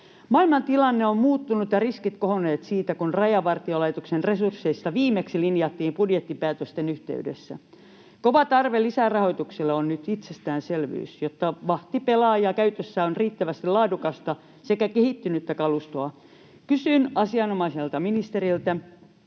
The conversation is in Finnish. Maailmantilanne on muuttunut ja riskit kohonneet siitä, kun Rajavartiolaitoksen resursseista viimeksi linjattiin budjettipäätösten yhteydessä. Kova tarve lisärahoitukselle on nyt itsestäänselvyys, jotta vahti pelaa ja käytössä on riittävästi laadukasta sekä kehittynyttä kalustoa. Kysyn asianomaiselta ministeriltä: